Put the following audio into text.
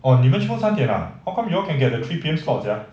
orh 你们做三点啊 how come you all can get the three P_M slot sia